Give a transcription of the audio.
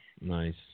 Nice